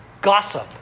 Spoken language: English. gossip